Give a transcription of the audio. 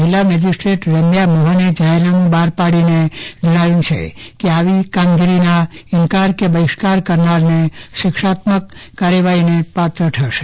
જીલ્લા મેજીસ્ટ્રેટ શ્રી રેમ્યા મોહને જાહેરનામું બહાર પાડતા જણાવ્યું છે કે આવી કામગીરી ના ઇનકાર કે બહિસ્કાર કરનારને શિક્ષાત્મક કાર્યવાહી પણ કરાશે